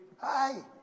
Hi